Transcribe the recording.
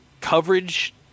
coverage